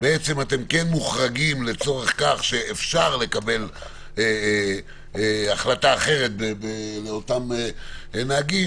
שאתם כן מוחרגים לצורך כך שאפשר לקבל החלטה אחרת לאותם נהגים,